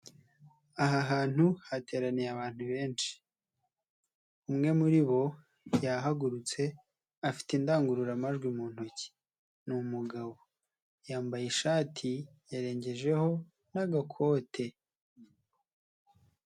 Aha hantu hateraniye abantu benshi. Umwe muri bo yahagurutse, afite indangururamajwi mu ntoki. Ni umugabo yambaye ishati, yarengejeho n'agakote.